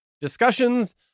discussions